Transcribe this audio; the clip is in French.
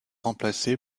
remplacé